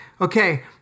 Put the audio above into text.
okay